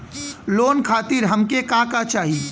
Loan खातीर हमके का का चाही?